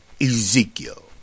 Ezekiel